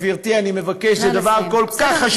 גברתי, אני מבקש, זה דבר כל כך חשוב.